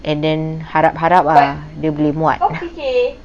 and then harap-harap ah dia boleh muat